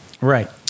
Right